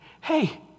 Hey